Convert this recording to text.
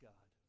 God